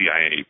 CIA